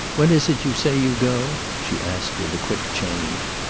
when is it you say you go? she asked with a quick change.